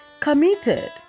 Committed